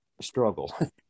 struggle